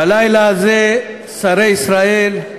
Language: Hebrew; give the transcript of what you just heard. בלילה הזה, שרי ישראל,